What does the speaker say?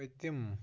پٔتِم